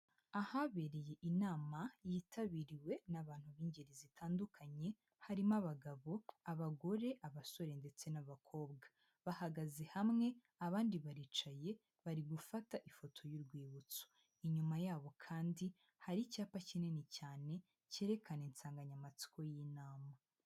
Ahabereye inama yitabiriwe n'abantu b'ingeri zitandukanye harimo abagabo, abagore, abasore ndetse n'abakobwa bahagaze hamwe abandi baricaye bari gufata ifoto y'urwibutso. Inyuma yabo kandi hari icyapa kinini cyane cyerekana insanganyamatsiko y'inama.